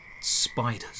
spiders